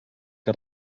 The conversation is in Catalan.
que